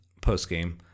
postgame